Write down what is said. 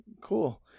cool